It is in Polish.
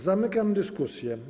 Zamykam dyskusję.